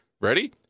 Ready